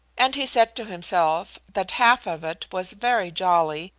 and he said to himself that half of it was very jolly,